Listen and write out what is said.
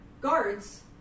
guards